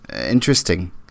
Interesting